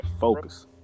Focus